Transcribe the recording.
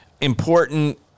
important